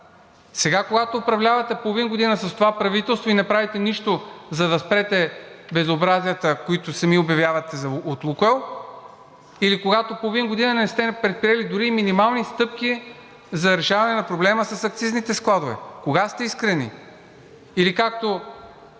Сега, когато управлявате половин година с това правителство и не правите нищо, за да спрете безобразията, които сами обявявате от „Лукойл“, или когато половин година не сте предприели дори и минимални стъпки за решаване на проблема с акцизните складове? Кога сте искрени? Или, както